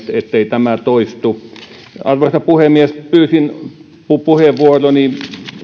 tämä toistu arvoisa puhemies pyysin puheenvuoroni